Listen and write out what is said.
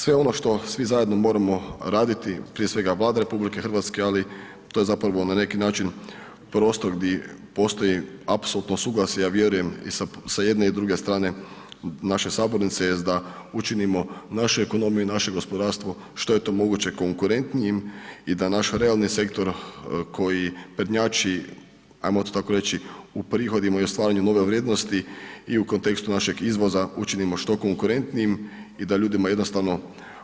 Sve ono što svi zajedno moramo raditi, prije svega Vlada RH ali to je zapravo na neki način prostor gdje postoje apsolutno suglasja, ja vjerujem i sa jedne i sa druge strane naše sabornice jest da učinimo našu ekonomiju i naše gospodarstvo što je to moguće konkurentnijim i da naš realni sektor koji prednjači ajmo to tako reći u prihodima i u stvaranju nove vrijednosti i u kontekstu našeg izvoza učinimo što konkurentnijim i da ljudima jednostavno